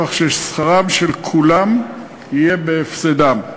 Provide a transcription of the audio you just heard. כך ששכרם של כולם יצא בהפסדם.